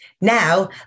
Now